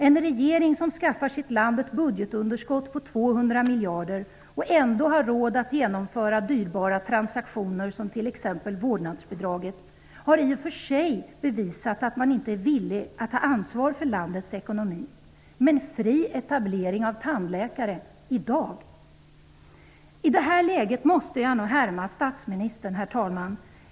En regering som skaffar sitt land ett budgetunderskott på 200 miljarder kronor och som ändå har råd att genomföra dyrbara transaktioner, exempelvis vårdnadsbidraget, har i och för sig bevisat att den inte är villig att ta ansvar för landets ekonomi. Men är det så klokt med fri etablering av tandläkare i dag? I detta läge måste jag nog härma statsministern, herr talman.